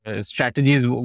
strategies